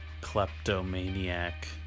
kleptomaniac